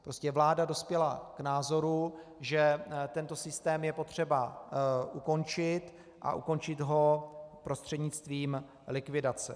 Prostě vláda dospěla k názoru, že tento systém je potřeba ukončit, a ukončit ho prostřednictvím likvidace.